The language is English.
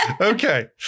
Okay